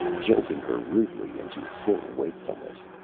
jolting her rudely into full wakefulness.